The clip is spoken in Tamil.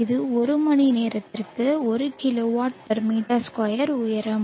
இது 1 மணிநேரத்திற்கு 1 kWm2 உயரம்